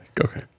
Okay